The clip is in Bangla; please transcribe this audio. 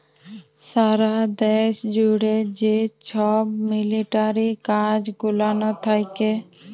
সারা দ্যাশ জ্যুড়ে যে ছব মিলিটারি কাজ গুলান থ্যাকে